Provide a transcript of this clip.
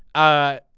ah.